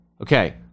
Okay